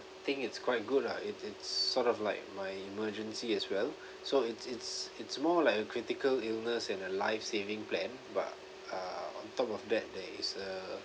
think it's quite good lah it it's sort of like my emergency as well so it's it's it's more like a critical illness and a life saving plan but uh on top of that there is a